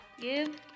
give